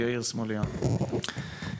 יאיר סמוליאנוב, בבקשה.